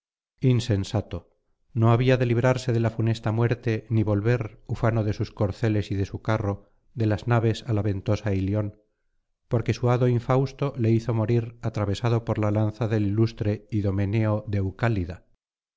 insensato no había de librarse de la funesta muerte ni volver ufano de sus corceles y de su carro de las naves á la ventosa ilion porque su hado infausto le hizo morir atravesado por la lanza del ilustre idomeneo deucálida